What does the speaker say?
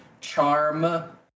charm